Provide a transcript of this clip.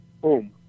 Boom